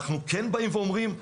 אנחנו כן באים ואומרים,